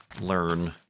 learn